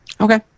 Okay